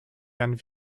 herrn